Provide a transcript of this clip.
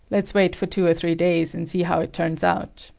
let's wait for two or three days and see how it turns out.